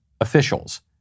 officials